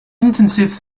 intensive